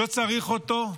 לא צריך אותו.